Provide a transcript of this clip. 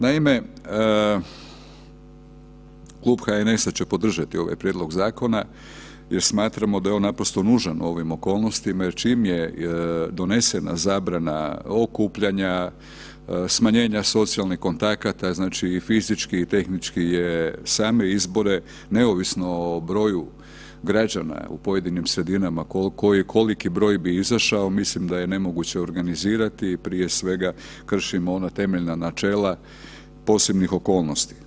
Naime, Klub HNS-a će podržati ovaj prijedlog zakona jer smatramo da je on naprosto nužan u ovim okolnostima jer čim je donesena zabrana okupljanja, smanjenja socijalnih kontakata, znači i fizički i tehnički je same izbore, neovisno o broju građana u pojedinim sredinama, koji, koliki broj bi izašao, mislim da je nemoguće organizirati i prije svega, kršimo ona temeljna načela posebnih okolnosti.